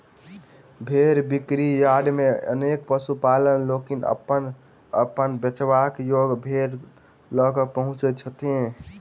भेंड़ बिक्री यार्ड मे अनेको पशुपालक लोकनि अपन अपन बेचबा योग्य भेंड़ ल क पहुँचैत छथि